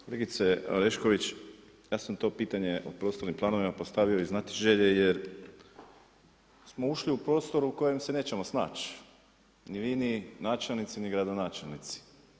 Kolegice Orešković, ja sam to pitanje o prostornim planovima postavio iz znatiželje jer smo ušli u prostor u kojem se nećemo snaći, ni vi ni načelnici ni gradonačelnici.